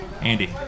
Andy